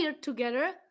together